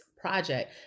Project